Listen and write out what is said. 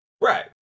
Right